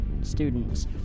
students